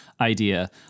idea